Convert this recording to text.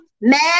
mad